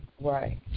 Right